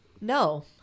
No